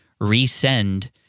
resend